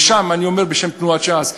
ושם, אני אומר בשם תנועת ש"ס,